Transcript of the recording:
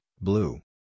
blue